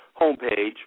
homepage